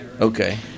Okay